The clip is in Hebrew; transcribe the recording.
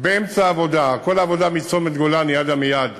באמצע העבודה: כל העבודה מצומת גולני עד עמיעד,